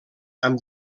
amb